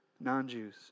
non-Jews